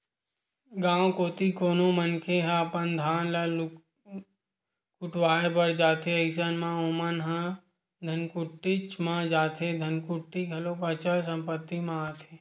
गाँव कोती कोनो मनखे ह अपन धान ल कुटावय बर जाथे अइसन म ओमन ह धनकुट्टीच म जाथे धनकुट्टी घलोक अचल संपत्ति म आथे